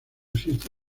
existe